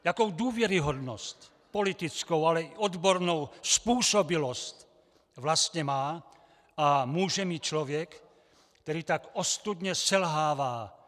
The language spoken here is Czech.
Jakou důvěryhodnost, politickou, ale i odbornou způsobilost vlastně má a může mít člověk, který tak ostudně selhává?